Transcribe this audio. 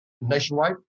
nationwide